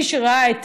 מי שראה,